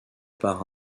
par